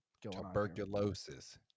Tuberculosis